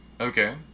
Okay